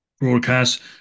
broadcast